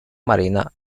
marina